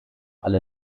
alle